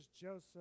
Joseph